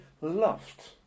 loved